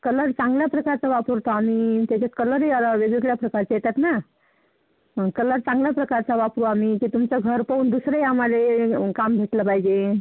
colour चांगल्या प्रकारचा वापरतो आम्ही त्याच्यात कलरही आले वेगवेगळ्या प्रकारचे येतात ना हं कलर चांगल्या प्रकारचा वापरू आम्ही ते तुमचं घर पाहून दुसरेही आम्हाला काम भेटलं पाहिजे